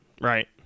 Right